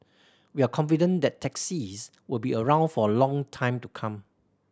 we are confident that taxis will be around for a long time to come